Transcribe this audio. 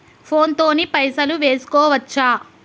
Phone తోని పైసలు వేసుకోవచ్చా?